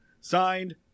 Signed